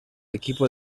equipo